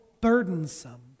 burdensome